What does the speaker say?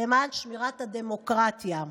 למען שמירת הדמוקרטיה.